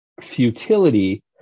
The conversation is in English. futility